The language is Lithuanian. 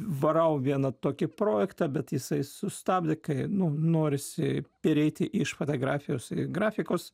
varau vieną tokį projektą bet jisai sustabdė kai nu norisi pereiti iš fotografijos į grafikos